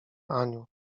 aniu